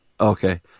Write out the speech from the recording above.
Okay